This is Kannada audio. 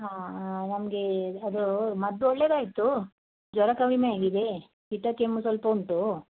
ಹಾಂ ನಮಗೆ ಅದು ಮದ್ದು ಒಳ್ಳೇದಾಯ್ತು ಜ್ವರ ಕಡಿಮೆ ಆಗಿದೆ ಸೀತ ಕೆಮ್ಮು ಸ್ವಲ್ಪ ಉಂಟು